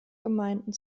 gemeinden